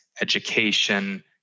education